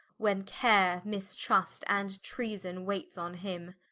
when care, mistrust, and treason waits on him.